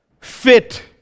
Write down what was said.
fit